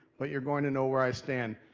but you're going to know where i stand.